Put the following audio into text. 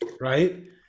right